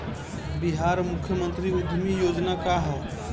बिहार मुख्यमंत्री उद्यमी योजना का है?